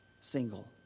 single